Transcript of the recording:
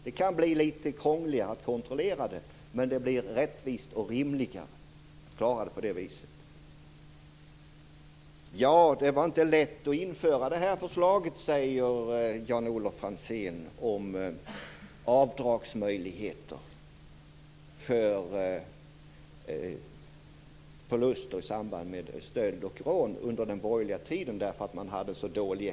Det kan bli litet krångligare att kontrollera, men det hela blir rättvisare och rimligare. Det var inte lätt att införa förslaget under den borgerliga tiden, säger Jan-Olof Franzén om avdragsmöjligheterna för förluster i samband med stöld och rån. Han säger att ekonomin var så dålig.